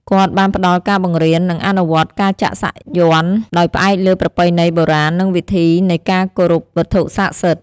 គាត់បានផ្តល់ការបង្រៀន និងអនុវត្តការចាក់សាក់យ័ន្តដោយផ្អែកលើប្រពៃណីបុរាណ និងវិធីនៃការគោរពវត្ថុសក្តិសិទ្ធ។